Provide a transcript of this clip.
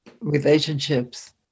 relationships